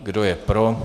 Kdo je pro?